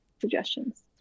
suggestions